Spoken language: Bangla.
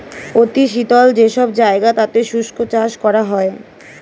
অতি শীতল যে সব জায়গা তাতে শুষ্ক চাষ করা হয়